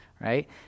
right